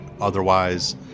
Otherwise